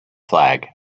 flag